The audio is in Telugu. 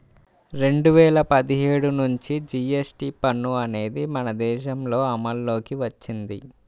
రెండు వేల పదిహేడు నుంచి జీఎస్టీ పన్ను అనేది మన దేశంలో అమల్లోకి వచ్చింది